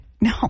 No